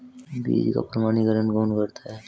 बीज का प्रमाणीकरण कौन करता है?